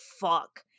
fuck